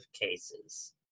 cases